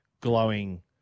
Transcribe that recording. glowing